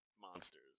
monsters